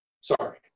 Sorry